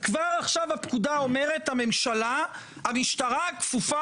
כבר עכשיו הפקודה אומרת שהמשטרה כפופה